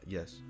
Yes